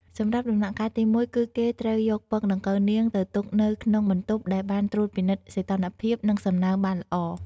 សម្រាប់ដំណាក់កាលទី១ គឺគេត្រូវយកពងដង្កូវនាងទៅទុកនៅក្នុងបន្ទប់ដែលបានត្រួតពិនិត្យសីតុណ្ហភាព និងសំណើមបានល្អ។